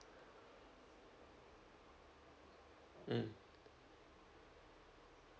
mm